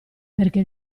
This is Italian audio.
perché